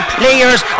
players